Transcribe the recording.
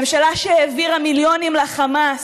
ממשלה שהעבירה מיליונים לחמאס,